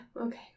Okay